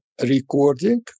recording